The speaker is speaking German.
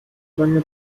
lange